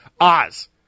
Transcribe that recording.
Oz